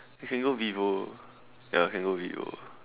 we can go Vivo ya can go Vivo